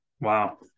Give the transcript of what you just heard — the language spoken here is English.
Wow